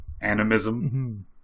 animism